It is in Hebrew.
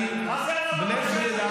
מה הבעיה להגיד